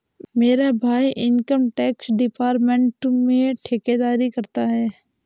मेरा भाई income tax department में ठेकेदारी करता है